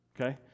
Okay